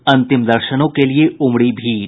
अंतिम दर्शनों के लिये उमड़ी भीड़